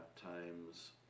times